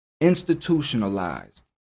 institutionalized